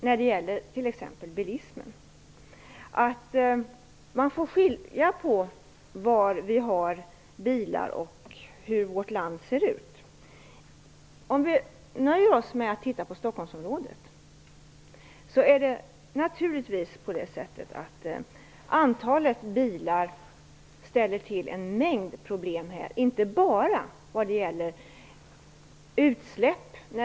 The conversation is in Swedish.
När det gäller t.ex. bilismen måste man skilja mellan var det finns bilar och hur vårt land ser ut. Vi kan nöja oss med att titta på Stockholmsområdet. Antalet bilar ställer naturligtvis till en mängd problem här, inte bara vad gäller utsläpp.